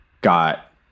got